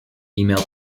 female